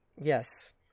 yes